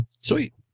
Sweet